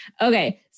Okay